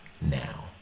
now